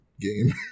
game-